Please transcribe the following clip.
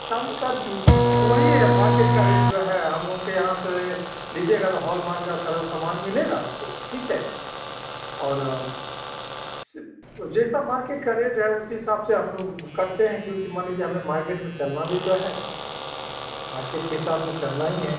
चाँदी का वही है मार्केट का रेट जो है हम लोग के यहाँ से लीजिएगा तो हॉलमार्क का सारा सामान मिलेगा आपको ठीक है और जैसा मार्केट का रेट है उसी हिसाब से हम लोग करते हैं क्योंकि मान लीजिए हमें मार्केट में चलना भी तो है मार्केट के हिसाब से चलना ही है